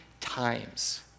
times